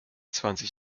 zwanzig